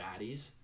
baddies